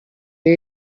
nie